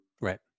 Right